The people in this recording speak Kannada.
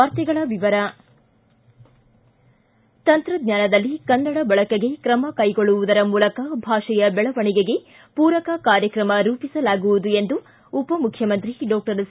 ವಾರ್ತೆಗಳ ವಿವರ ತಂತ್ರಜ್ಞಾನದಲ್ಲಿ ಕನ್ನಡ ಬಳಕೆಗೆ ಕ್ರಮ ಕೈಗೊಳ್ಳುವುದರ ಮೂಲಕ ಭಾಷೆಯ ಬೆಳವಣಿಗೆಗೆ ಪೂರಕ ಕಾರ್ಯಕ್ರಮ ರೂಪಿಸಲಾಗುವುದು ಎಂದು ಉಪಮುಖ್ಯಮಂತ್ರಿ ಡಾಕ್ಟರ್ ಸಿ